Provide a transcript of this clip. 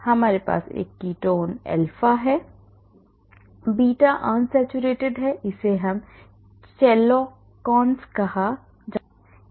हमारे पास एक कीटोन अल्फा है बीटा अनसैचुरेटेड है इसे च्लोकोन्स कहा जाता है